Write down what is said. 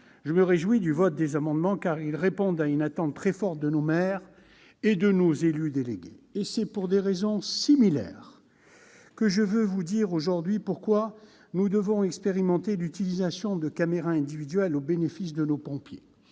Je me réjouis du vote de ces amendements, car ils répondent à une attente très forte de nos maires et de nos élus délégués. C'est pour des raisons similaires que je tiens à expliquer aujourd'hui pourquoi nous devons expérimenter l'utilisation des caméras individuelles par nos pompiers.